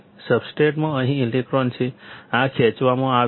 સબસ્ટ્રેટમાં અહીં ઇલેક્ટ્રોન છે આ ખેંચવામાં આવશે